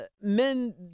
men